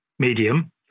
Medium